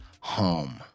home